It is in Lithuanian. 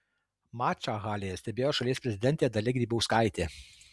mačą halėje stebėjo ir šalies prezidentė dalia grybauskaitė